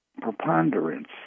preponderance